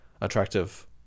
attractive